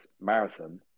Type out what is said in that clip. marathon